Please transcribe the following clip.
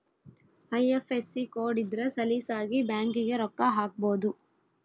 IFSC code ಇದ್ರ ಸಲೀಸಾಗಿ ಬ್ಯಾಂಕಿಗೆ ರೊಕ್ಕ ಹಾಕ್ಬೊದು